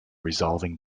resolving